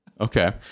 Okay